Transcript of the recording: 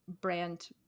brand